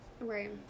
right